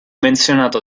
menzionato